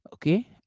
Okay